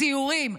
סיורים,